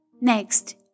Next